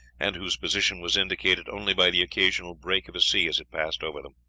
and whose position was indicated only by the occasional break of a sea as it passed over them.